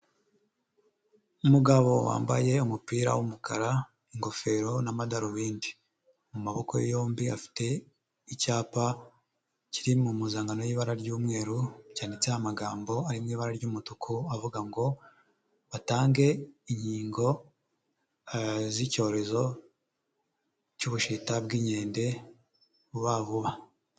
Umugabo wambaye umupira w'umukara, ingofero n'amadarubindi, mu maboko yombi afite icyapa kiri mu muzankano y'ibara ry'umweru cyanditseho amagambo arimo ibara ry'umutuku avuga ngo batange inkingo z'icyorezo cy'ubushita bw'inkende vuba vuba.